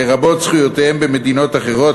לרבות זכויותיהם במדינות אחרות,